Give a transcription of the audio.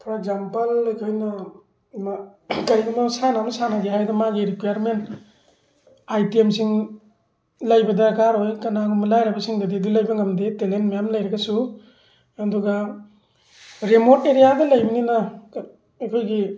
four example ꯑꯩꯈꯣꯏꯅ ꯀꯔꯤꯒꯨꯝꯕ ꯃꯁꯥꯟꯅ ꯑꯃ ꯁꯥꯟꯅꯒꯦ ꯍꯥꯏꯔꯒ ꯃꯥꯒꯤ ꯔꯤꯀ꯭ꯋꯦꯔꯃꯦꯟ ꯑꯥꯏꯇꯦꯝꯁꯤꯡ ꯂꯩꯕ ꯗꯔꯀꯥꯔ ꯑꯣꯏ ꯀꯅꯥꯒꯨꯝꯕ ꯂꯥꯏꯔꯕꯁꯤꯗꯗꯤ ꯑꯗꯨ ꯂꯩꯕ ꯉꯝꯗꯦ ꯇꯦꯂꯦꯟ ꯃꯌꯥꯝ ꯂꯩꯔꯒꯁꯨ ꯑꯗꯨꯒ ꯔꯦꯃꯣꯠ ꯑꯦꯔꯤꯌꯥꯗ ꯂꯩꯕꯅꯤꯅ ꯑꯩꯈꯣꯏꯒꯤ